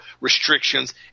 restrictions